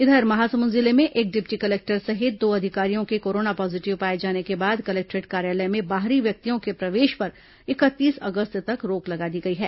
इधर महासमुंद जिले में एक डिप्टी कलेक्टर सहित दो अधिकारियों के कोरोना पॉजीटिव पाए जाने के बाद कलेक्टोरेट कार्यालय में बाहरी व्यक्तियों के प्रवेश पर इकतीस अगस्त तक रोक लगा दी गई है